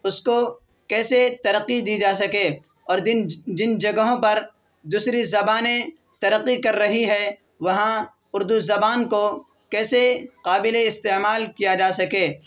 اس کو کیسے ترقی دی جا سکے اور دن جن جگہوں پر دوسری زبانیں ترقی کر رہی ہیں وہاں اردو زبان کو کیسے قابل استعمال کیا جا سکے